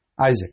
Isaac